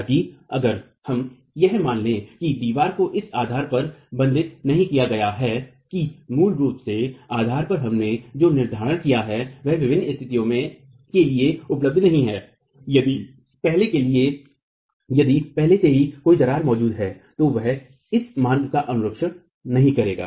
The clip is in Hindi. हालाँकि अगर हम यह मान लें कि दीवार को इस आधार पर बंधित नहीं किया गया है कि मूल रूप से आधार पर हमने जो निर्धारण किया है वह विभिन्न स्थितियों के लिए उपलब्ध नहीं है यदि पहले से ही कोई दरार मौजूद है तो वह इस मार्ग का अनुसरण नहीं करेगा